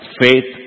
faith